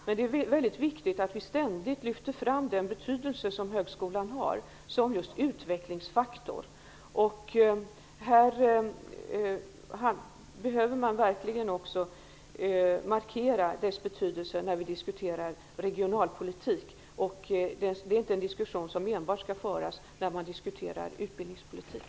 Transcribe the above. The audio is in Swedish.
Men det är viktigt att vi ständigt lyfter fram den betydelse som högskolan har som just utvecklingsfaktor. Man behöver verkligen markera högskolans betydelse också när regionalpolitiken diskuteras. Det är inte en diskussion som enbart skall föras när man diskuterar utbildningspolitik.